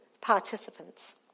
participants